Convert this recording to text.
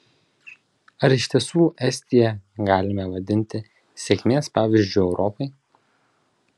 ar iš tiesų estiją galime vadinti sėkmės pavyzdžiu europai